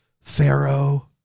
pharaoh